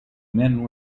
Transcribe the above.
men